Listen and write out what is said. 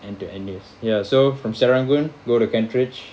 and to N_U_S ya so from serangoon go to kent ridge